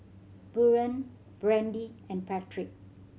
Buren Brandy and Patrick